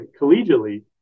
collegially